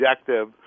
objective